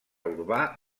urbà